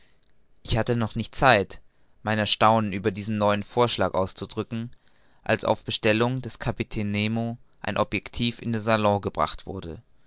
ich hatte noch nicht zeit mein erstaunen über diesen neuen vorschlag auszudrücken als auf bestellung des kapitäns nemo ein objectiv in den salon gebracht wurde